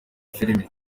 filime